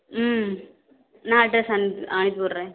ம் நான் அட்ரெஸ் அனுப்பி அனுப்பிவிட்றேன்